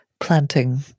planting